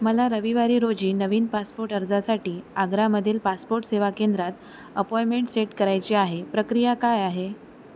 मला रविवारी रोजी नवीन पासपोर्ट अर्जासाठी आग्रामधील पासपोर्ट सेवा केंद्रात अपॉइंटमेंट सेट करायची आहे प्रक्रिया काय आहे